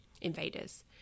invaders